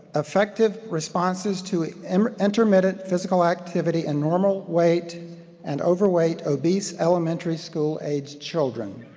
effective responses to um ah intermittent physical activity and normal weight and overweight obese elementary school-age children.